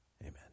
Amen